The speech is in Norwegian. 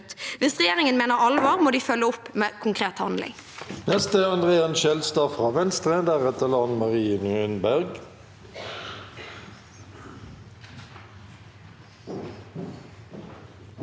Hvis regjeringen mener alvor, må de følge opp med konkret handling.